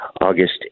August